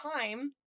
time